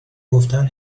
گفتن